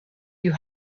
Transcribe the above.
you